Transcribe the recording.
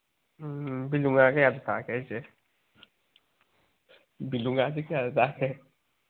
ꯎꯝ ꯕꯤꯂꯨ ꯉꯥ ꯀꯌꯥ ꯇꯥꯒꯦ ꯍꯥꯏꯁꯦ ꯕꯤꯂꯨ ꯉꯥꯁꯤ ꯀꯌꯥ ꯇꯥꯒꯦ